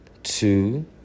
two